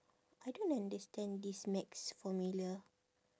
I don't understand this maths formula